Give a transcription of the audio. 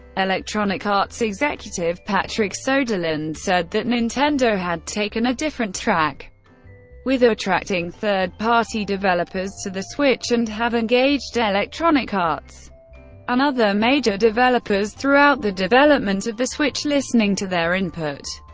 electronic arts' executive patrick soderlund said that nintendo had taken a different track with attracting third-party developers to the switch and have engaged electronic arts and other major developers throughout the development of the switch, listening to their input,